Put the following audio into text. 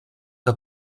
que